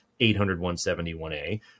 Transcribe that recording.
800-171A